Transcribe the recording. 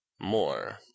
more